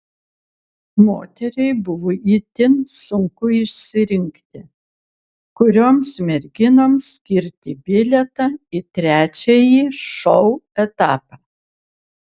moteriai buvo itin sunku išsirinkti kurioms merginoms skirti bilietą į trečiąjį šou etapą